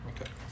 Okay